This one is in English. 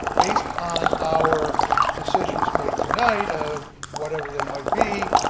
based on our decisions made tonight of whatever they might be,